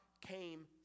came